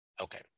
Okay